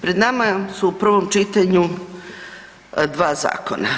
Pred nama su u prvom čitanju dva zakona.